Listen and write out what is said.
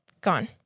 Gone